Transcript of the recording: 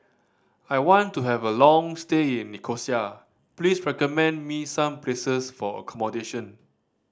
I want to have a long stay in Nicosia please recommend me some places for accommodation